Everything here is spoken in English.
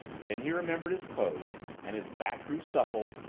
then he remembered his pose and his back grew supple,